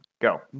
go